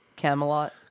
Camelot